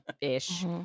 ish